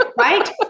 right